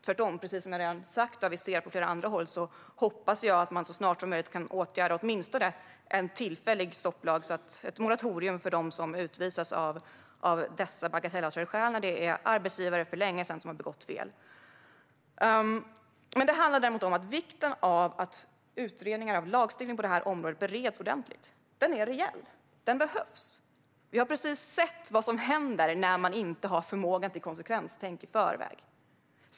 Tvärtom, precis som jag redan har sagt och har aviserat på flera andra håll, hoppas jag att man så snart som möjligt kan införa åtminstone en tillfällig stopplag, ett moratorium för dem som utvisas av dessa bagatellartade skäl när det handlar om arbetsgivare som för länge sedan har begått fel. Vikten av att utredningar av lagstiftning på det här området bereds ordentligt är reell. Det här behövs. Vi har precis sett vad som händer när man inte har förmåga till konsekvenstänk.